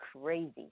crazy